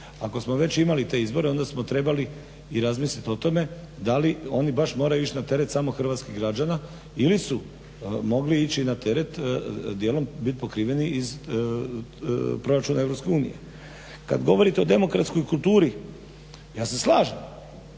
Ako smo već imali te izbore onda smo trebali i razmisliti o tome da li oni baš moraju ići na teret samo hrvatskih građana ili su mogli ići dijelom na teret i biti pokriveni iz proračuna EU. Kada govorite o demokratskoj kulturi, ja se slažem